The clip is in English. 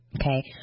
Okay